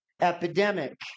epidemic